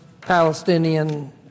Palestinian